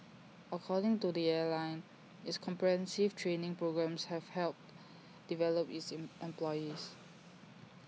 according to the airline its comprehensive training programmes have helped develop its employees